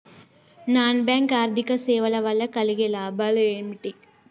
Non bank ఆర్థిక సేవల వల్ల కలిగే లాభాలు ఏమిటి?